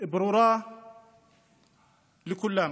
וברורה לכולם.